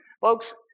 Folks